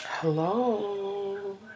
hello